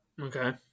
Okay